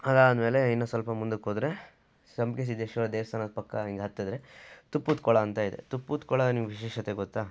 ಅದಾದಮೇಲೆ ಇನ್ನು ಸ್ವಲ್ಪ ಮುಂದಕ್ಕೋದರೆ ಸಂಪಿಗೆ ಸಿದ್ಧೇಶ್ವರ ದೇವಸ್ಥಾನದ ಪಕ್ಕ ಹಿಂಗೆ ಹತ್ತಿದ್ರೆ ತುಪ್ಪದ ಕೊಳ ಅಂತ ಇದೆ ತುಪ್ಪದ ಕೊಳ ನಿಮ್ಗೆ ವಿಶೇಷತೆ ಗೊತ್ತಾ